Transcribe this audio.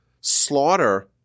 slaughter